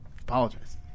Apologize